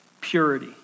purity